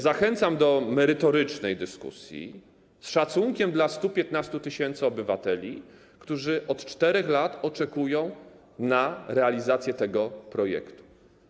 Zachęcam do merytorycznej dyskusji, z szacunkiem dla 115 tys. obywateli, którzy od 4 lat oczekują na realizację tego projektu.